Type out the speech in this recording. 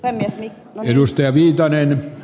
arvoisa herra puhemies